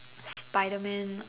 Spiderman